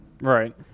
Right